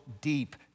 deep